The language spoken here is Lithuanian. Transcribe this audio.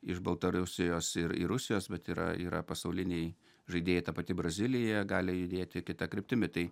iš baltarusijos ir ir rusijos bet yra yra pasauliniai žaidėjai ta pati brazilija gali judėti kita kryptimi tai